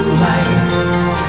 light